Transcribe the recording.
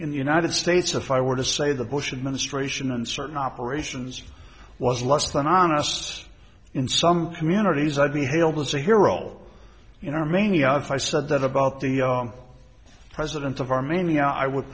in the united states if i were to say the bush administration and certain operations was less than honest in some communities i'd be hailed as a hero in our mania if i said that about the president of armenia i would